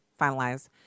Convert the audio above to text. finalize